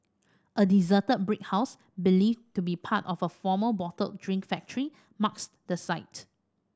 a deserted brick house believed to be part of a former bottled drink factory marks the site